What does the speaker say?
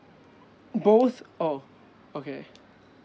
uh both oh okay